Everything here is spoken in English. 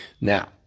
Now